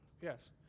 yes